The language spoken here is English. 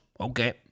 Okay